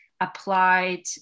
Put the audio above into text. applied